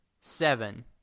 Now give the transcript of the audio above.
seven